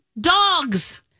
dogs